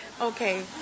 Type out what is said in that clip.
Okay